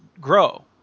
grow